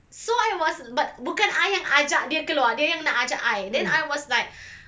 so I was but bukan I yang ajak dia keluar dia yang nak ajak I then I was like